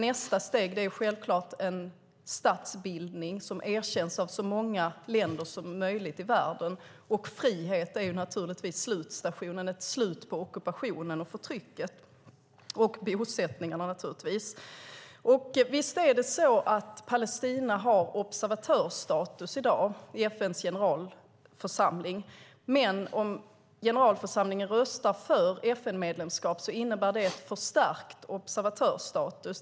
Nästa steg är naturligtvis en statsbildning som erkänns av så många länder som möjligt i världen. Frihet är slutstationen med ett slut på ockupationen, förtrycket och bosättningarna. Palestina har i dag observatörsstatus i FN:s generalförsamling. Om generalförsamlingen röstar för ett FN-medlemskap innebär det en förstärkt observatörsstatus.